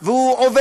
יעקב